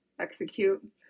execute